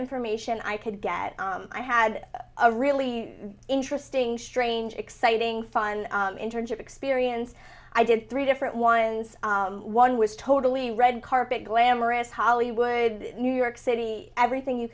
information i could get i had a really interesting strange exciting fun internship experience i did three different ones one was totally red carpet glamorous hollywood new york city everything you